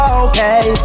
okay